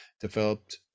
developed